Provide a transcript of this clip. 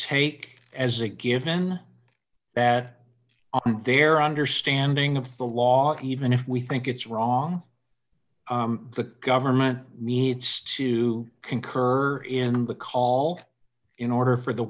take as a given that their understanding of the law he even if we think it's wrong the government needs to concur in the call in order for the